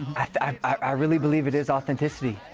i really believe it is authenticity.